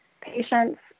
patients